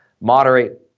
moderate